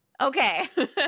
Okay